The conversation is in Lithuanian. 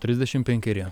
trisdešim penkeri